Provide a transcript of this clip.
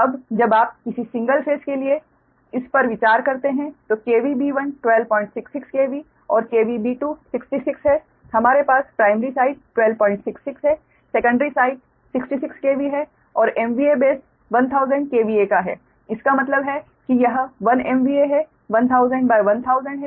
अब जब आप किसी सिंगल फेस के लिए इस पर विचार करते हैं तो B1 1266 KV और B2 66 है हमारे पास प्राइमरी साइड 1266 है सेकंडरी साइड 66 KV है और base 1000 KVA का है इसका मतलब है कि यह 1 MVA है 1000 1000 है